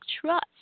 trust